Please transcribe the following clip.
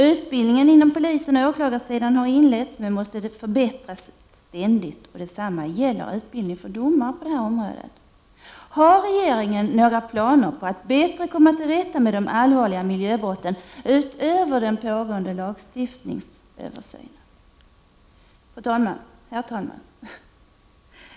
Utbildningen på detta område inom polisen och på åklagarsidan har inletts, men den måste förbättras ständigt. Detsamma gäller utbildningen för domare. Har regeringen några planer på att bättre komma till rätta med de allvarliga miljöbrotten, utöver den pågående lagstiftningsöversynen? Herr talman!